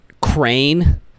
crane